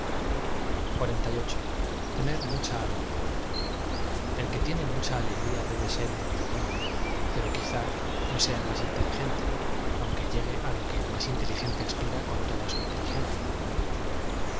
r m ucha alegria e l que tiene mucha alegria debe ser un hombre bueno pero quiza no sea mas inteligente aunque llegue a lo que el más inteligente aspira con toda su inteligencia